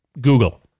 Google